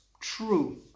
true